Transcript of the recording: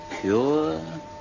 Pure